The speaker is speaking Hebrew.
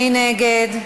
מי נגד?